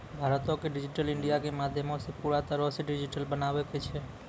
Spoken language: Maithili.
भारतो के डिजिटल इंडिया के माध्यमो से पूरा तरहो से डिजिटल बनाबै के छै